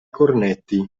cornetti